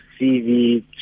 CV